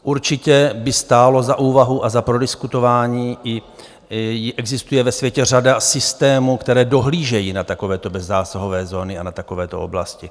Určitě by stálo za úvahu a za prodiskutování, existuje ve světě řada systémů, které dohlížejí na takovéto bezzásahové zóny a na takovéto oblasti.